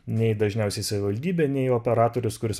nei dažniausiai savivaldybė nei operatorius kuris